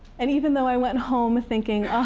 and even though i went home thinking,